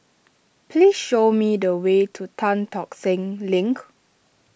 please show me the way to Tan Tock Seng Link